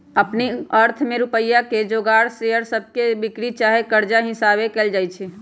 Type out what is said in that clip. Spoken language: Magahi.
कंपनी अर्थ में रुपइया के जोगार शेयर सभके बिक्री चाहे कर्जा हिशाबे कएल जाइ छइ